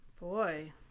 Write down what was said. Boy